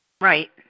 Right